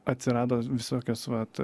atsirado visokios vat